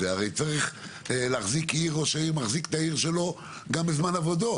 הרי צריך להחזיק עיר כי ראש העיר מחזיק את העיר שלו גם בזמן עבודות.